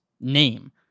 name